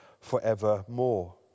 forevermore